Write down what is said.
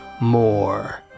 more